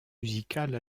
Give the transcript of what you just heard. musicale